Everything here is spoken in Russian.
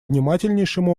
внимательнейшим